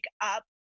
up